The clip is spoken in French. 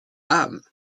âme